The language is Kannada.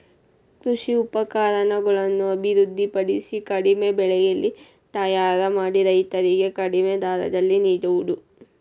ಕೃಷಿ ಉಪಕರಣಗಳನ್ನು ಅಭಿವೃದ್ಧಿ ಪಡಿಸಿ ಕಡಿಮೆ ಬೆಲೆಯಲ್ಲಿ ತಯಾರ ಮಾಡಿ ರೈತರಿಗೆ ಕಡಿಮೆ ದರದಲ್ಲಿ ನಿಡುವುದು